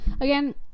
again